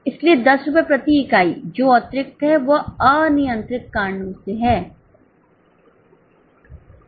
इसलिए 10 रुपये प्रति इकाई जो अतिरिक्त है वह अनियंत्रित कारणों से है